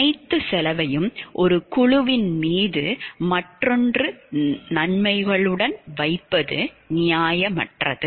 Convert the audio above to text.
அனைத்து செலவையும் ஒரு குழுவின் மீது மற்றொன்று நன்மைகளுடன் வைப்பது நியாயமற்றது